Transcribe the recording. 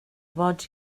boig